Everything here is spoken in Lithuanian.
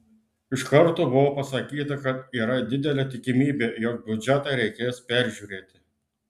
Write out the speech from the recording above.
iš karto buvo pasakyta kad yra didelė tikimybė jog biudžetą reikės peržiūrėti